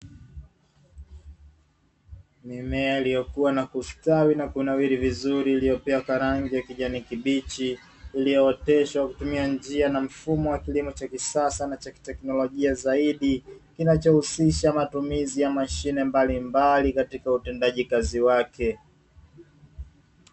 Mimea iliyokua na kustawi na kunawiri vizuri, iliyopakwa rangi ya kijani kibichi iliyooteshwa kwa kutumia njia na mfumo wa kisasa na cha kiteknolojia zaidi, kinachohusisha matumizi ya mashine mbalimbali katika utendaji kazi wake.